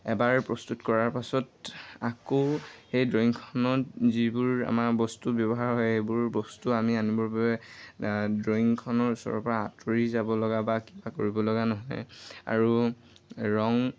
এবাৰ প্ৰস্তুত কৰাৰ পাছত আকৌ সেই ড্ৰয়িংখনত যিবোৰ আমাৰ বস্তু ব্যৱহাৰ হয় সেইবোৰ বস্তু আমি আনিবৰ বাবে ড্ৰয়িংখনৰ ওচৰৰ পৰা আঁতৰি যাব লগা বা কিবা কৰিব লগা নহয় আৰু ৰং